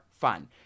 fun